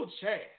Chad